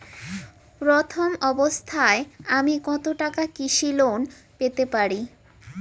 প্রথম অবস্থায় আমি কত টাকা কৃষি লোন পেতে পারি?